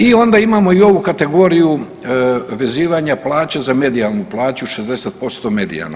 I ona imamo i ovu kategoriju vezivanja plaće za medijalnu plaću 60% medijalna.